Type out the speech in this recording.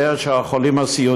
הקשות ביותר של החולים הסיעודיים.